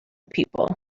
people